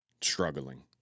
struggling